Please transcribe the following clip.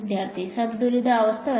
വിദ്യാർത്ഥി സന്തുലിതാവസ്ഥ വരെ